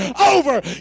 over